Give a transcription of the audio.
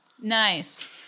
Nice